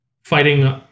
fighting